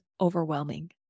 overwhelming